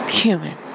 human